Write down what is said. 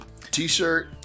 t-shirt